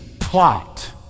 plot